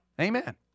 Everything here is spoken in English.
Amen